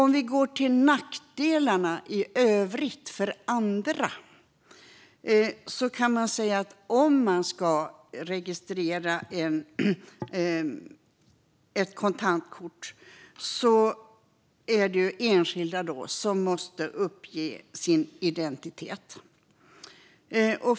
När det gäller nackdelarna i övrigt för andra kan sägas att om ett kontantkort ska registreras måste enskilda uppge sin identitet.